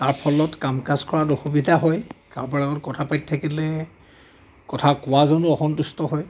তাৰ ফলত কাম কাজ কৰাত অসুবিধা হয় কাৰোবাৰ লগত কথাপাতি থাকিলে কথা কোৱাজনো অসন্তুষ্ট হয়